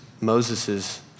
Moses's